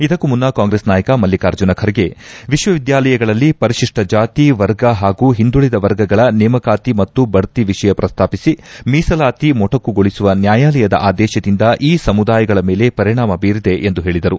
ಇದಕ್ಕೂ ಮುನ್ನ ಕಾಂಗ್ರೆಸ್ ನಾಯಕ ಮಲ್ಲಿಕಾರ್ಜುನ ಖರ್ಗೆ ವಿಶ್ವವಿದ್ಯಾಲಯಗಳಲ್ಲಿ ಪರಿಶಿಷ್ಠ ಜಾತಿ ವರ್ಗ ಹಾಗೂ ಒಂದುಳದ ವರ್ಗಗಳ ನೇಮಕಾತಿ ಮತ್ತು ಬಡ್ಡಿ ವಿಷಯ ಪ್ರಸ್ತಾಪಿಸಿ ಮೀಸಲಾತಿ ಮೊಟಕುಗೊಳಿಸುವ ನ್ನಾಯಾಲಯದ ಆದೇಶದಿಂದ ಈ ಸಮುದಾಯಗಳ ಮೇಲೆ ಪರಿಣಾಮ ಬೀರಿದೆ ಎಂದು ಹೇಳಿದರು